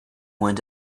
went